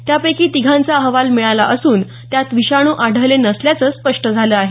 त्यापैकी तिघांचा अहवाल मिळाला असून त्यात विषाणू आढळले नसल्याचं स्पष्ट झालं आहे